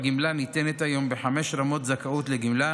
הגמלה ניתנת היום בחמש רמות זכאות לגמלה